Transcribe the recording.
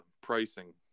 pricing